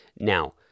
Now